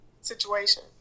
situation